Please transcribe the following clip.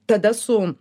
tada su